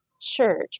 church